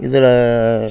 இதில்